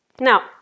Now